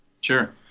Sure